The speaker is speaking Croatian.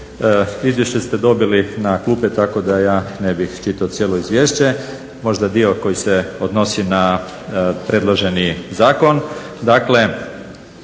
Hvala.